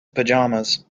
pajamas